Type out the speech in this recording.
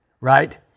right